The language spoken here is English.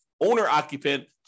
owner-occupant